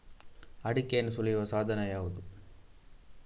ಅಡಿಕೆಯನ್ನು ಸುಲಿಯುವ ಸಾಧನ ಯಾವುದು?